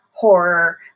horror